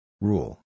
Rule